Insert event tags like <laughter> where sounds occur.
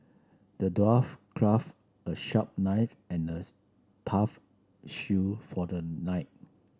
the dwarf craft a sharp knight and a <unintelligible> tough shield for the knight